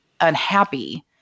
unhappy